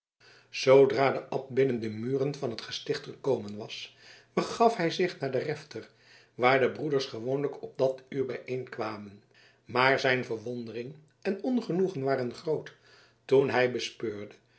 de abt binnen de muren van het gesticht gekomen was begaf hij zich naar den refter waar de broeders gewoonlijk op dat uur bijeenkwamen maar zijn verwondering en ongenoegen waren groot toen hij bespeurde